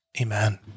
Amen